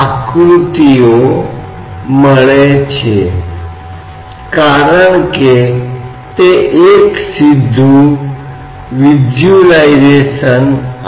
आपको यह ध्यान रखना चाहिए कि जैसे जैसे यह दायरा छोटा और छोटा होता जाता है वक्रता का प्रभाव अधिक से अधिक महत्वपूर्ण हो सकता है क्योंकि सतह तनाव प्रभाव अधिक से अधिक महत्वपूर्ण होगा और इसके कारण पढ़ने में कई महत्वपूर्ण त्रुटियां हैं